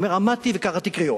הוא אמר לי: עמדתי וקראתי קריאות.